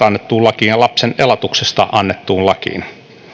annettuun lakiin ja lapsen elatuksesta annettuun lakiin